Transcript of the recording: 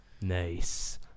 Nice